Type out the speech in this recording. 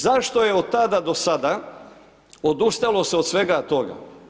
Zašto je od tada do sada odustalo se od svega toga?